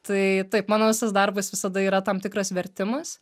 tai taip mano visas darbas visada yra tam tikras vertimas